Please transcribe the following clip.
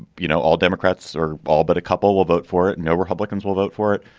you know, all democrats or all. but a couple will vote for it. no republicans will vote for it.